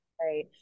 right